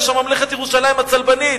יש שם ממלכת ירושלים הצלבנית,